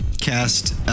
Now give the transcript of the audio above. cast